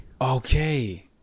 Okay